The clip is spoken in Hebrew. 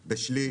בשליש.